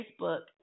Facebook